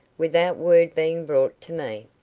without word being brought to me.